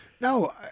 No